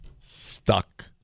Stuck